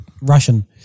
Russian